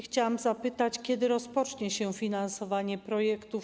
Chciałam zapytać, kiedy rozpocznie się finansowanie projektów.